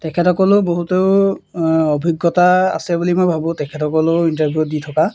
তেখেতসকলেও বহুতো অভিজ্ঞতা আছে বুলি মই ভাবোঁ তেখেতসকলেও ইণ্টাৰভিউ দি থকা